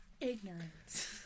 ignorance